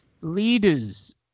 leaders